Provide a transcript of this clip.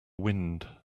wind